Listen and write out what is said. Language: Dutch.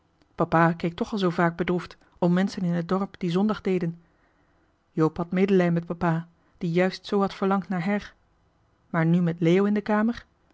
papa keek toch al zoo vaak bedroefd om menschen in t dorp die zondig deden johan de meester de zonde in het deftige dorp joop had medelij met papa die juist zoo had verlangd naar her maar nu met leo in de kamer